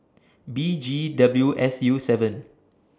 B G W S U seven